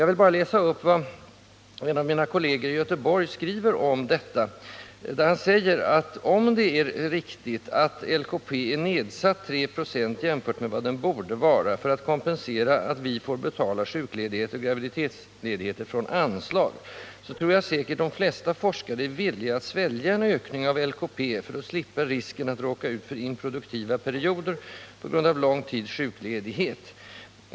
Jag vill bara referera vad en av mina kolleger i Göteborg skriver om detta, nämligen att om det är riktigt att avgiften till LKP är nedsatt med 3 26 jämfört med vad den borde vara, för att kompensera för att forskarna får betala sjukledigheter och graviditetsledigheter från anslagen, kommer säkert de flesta forskare att välja en ökning av LKP-avgiften för att slippa risken att råka ut för improduktiva perioder på grund av lång tids sjukledighet för personal.